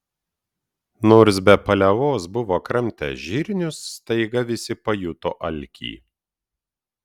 nors be paliovos buvo kramtę žirnius staiga visi pajuto alkį